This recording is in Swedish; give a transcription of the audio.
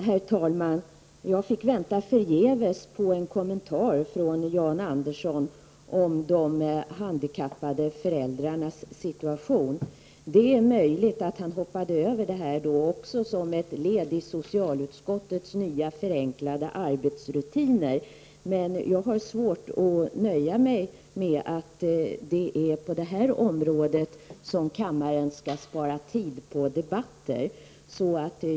Herr talman! Jag fick vänta förgäves på en kommentar från Jan Andersson om de handikappade föräldrarnas situation. Det är möjligt att han hoppade över den frågan som ett led i socialutskottets nya förenklade arbetsrutiner. Men jag har svårt att nöja mig med att det är på detta område som kammaren skall spara debattid.